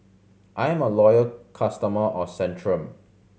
I'm a loyal customer of Centrum